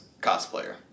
cosplayer